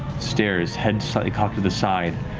stares, head slightly cocked to the side,